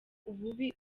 ububi